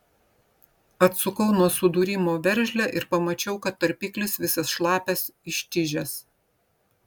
atsukau nuo sudūrimo veržlę ir pamačiau kad tarpiklis visas šlapias ištižęs